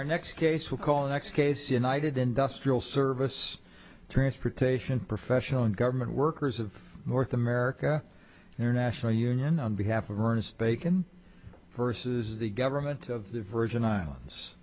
our next case will call the next case united industrial service transportation professional and government workers of north america international union on behalf of ernest bacon versus the government of the virgin islands